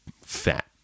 fat